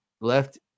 left